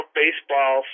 baseball